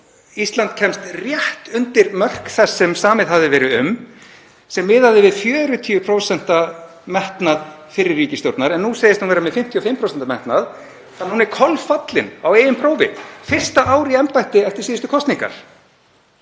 Ísland kemst rétt undir mörk þess sem samið hafði verið um sem miðaði við 40% metnað fyrri ríkisstjórnar, en nú segist hún vera með 55% metnað þannig að hún er kolfallin á eigin prófi fyrsta ár í embætti eftir síðustu kosningar.